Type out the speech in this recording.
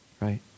right